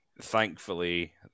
Thankfully